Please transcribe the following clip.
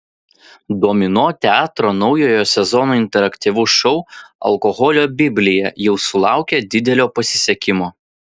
domino teatro naujojo sezono interaktyvus šou alkoholio biblija jau sulaukė didelio pasisekimo